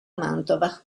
mantova